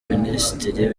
minisitiri